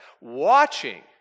watching